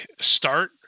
start